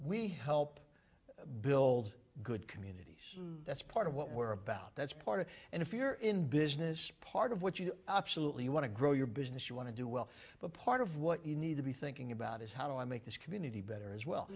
we help build good communities that's part of what we're about that's part of and if you're in business part of which absolutely you want to grow your business you want to do well but part of what you need to be thinking about is how do i make this community better as well